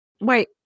Wait